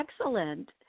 Excellent